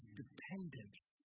dependence